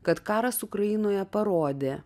kad karas ukrainoje parodė